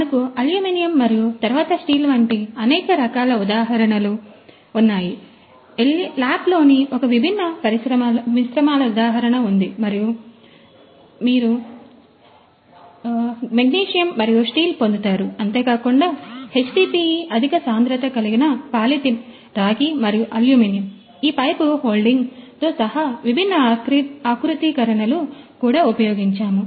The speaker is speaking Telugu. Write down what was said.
మనకు అల్యూమినియం మరియు తరువాత స్టీల్ వంటి అనేక రకాల ఉదాహరణలు ఉన్నాయి LAP లోని ఒక విభిన్న మిశ్రమాల ఉదాహరణ ఉంది మరియు మీరు మెగ్నీషియం మరియు స్టీల్ పొందుతారు అంతేకాకుండా HDPE అధిక సాంద్రత కలిగిన పాలిథిలిన్ రాగి మరియు అల్యూమినియం ఈ పైపు హోల్డింగ్తో సహా విభిన్న ఆకృతీకరణలును కూడా ఉపయోగించాము